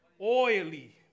oily